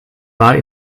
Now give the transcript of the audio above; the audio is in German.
war